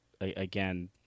again